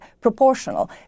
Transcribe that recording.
proportional